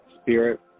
spirit